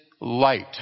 light